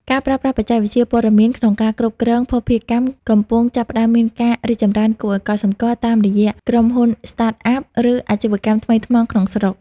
ការប្រើប្រាស់បច្ចេកវិទ្យាព័ត៌មានក្នុងការគ្រប់គ្រងភស្តុភារកម្ម កំពុងចាប់ផ្ដើមមានការរីកចម្រើនគួរឱ្យកត់សម្គាល់តាមរយៈក្រុមហ៊ុន Startup ឬ អាជីវកម្មថ្មីថ្មោង ក្នុងស្រុក។